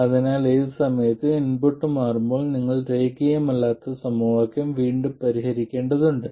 അതിനാൽ ഏത് സമയത്തും ഇൻപുട്ട് മാറുമ്പോൾ നിങ്ങൾ രേഖീയമല്ലാത്ത സമവാക്യം വീണ്ടും പരിഹരിക്കേണ്ടതുണ്ട്